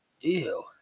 Ew